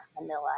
vanilla